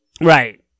Right